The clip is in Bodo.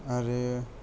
आरो